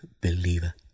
believer